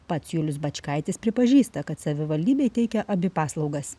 pats julius bačkaitis pripažįsta kad savivaldybei teikia abi paslaugas